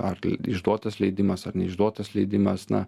ar tai išduotas leidimas ar neišduotas leidimas na